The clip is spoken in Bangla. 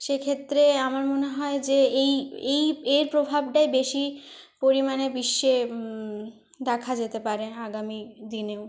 সেক্ষেত্রে আমার মনে হয় যে এই এই এর প্রভাবটাই বেশি পরিমাণে বিশ্বে দেখা যেতে পারে আগামী দিনেও